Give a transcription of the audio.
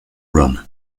run